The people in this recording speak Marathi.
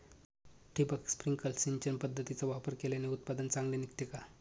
ठिबक, स्प्रिंकल सिंचन पद्धतीचा वापर केल्याने उत्पादन चांगले निघते का?